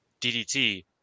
DDT